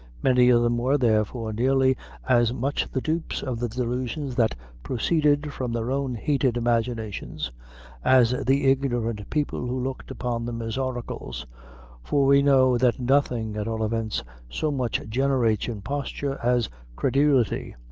many of them were, therefore, nearly as much the dupes of the delusions that proceeded from their own heated imaginations as the ignorant people who looked upon them as oracles for we know that nothing at all events so much generates imposture as credulity.